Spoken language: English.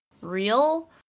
real